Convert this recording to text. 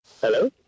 Hello